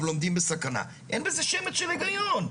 אבל עומדים בסכנה אין בזה שמץ של היגיון.